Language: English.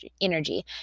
energy